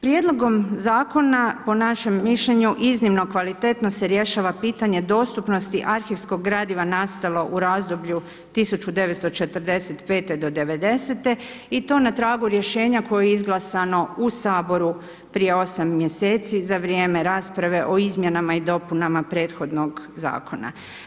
Prijedlogom zakona po našem mišljenju iznimno kvalitetno se rješava pitanje dostupnosti arhivskog gradiva nastalo u razdoblju 1945. do 1990. i to na tragu rješenja koje je izglasano u Saboru prije osam mjeseci za vrijeme rasprave o izmjenama i dopunama prethodnog zakona.